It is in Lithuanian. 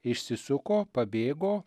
išsisuko pabėgo